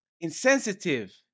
Insensitive